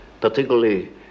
particularly